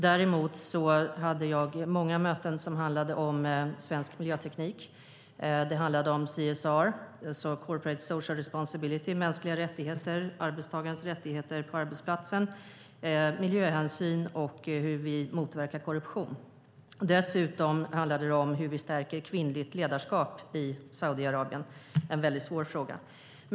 Däremot hade jag många möten som handlade om svensk miljöteknik, CSR - corporate social responsibility - mänskliga rättigheter, arbetstagarens rättigheter på arbetsplatsen, miljöhänsyn och hur vi motverkar korruption. Dessutom handlade det om hur vi stärker kvinnligt ledarskap i Saudiarabien - en väldigt svår fråga.